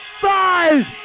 five